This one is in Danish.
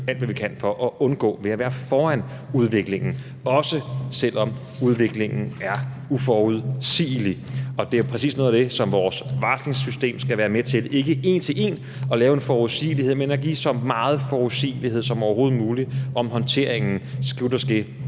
alt, hvad vi kan, for at forsøge at undgå det ved at være foran udviklingen, også selv om udviklingen er uforudsigelig. Det er præcis noget af det, som vores varslingssystem skal være med til, ikke en til en at lave en forudsigelighed, men at give så meget forudsigelighed som overhovedet muligt om håndteringen, skulle der ske